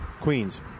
queens